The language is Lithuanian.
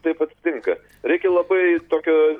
taip atsitinka reikia labai tokio